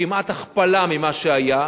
וזה כמעט הכפלה ממה שהיה.